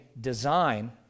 design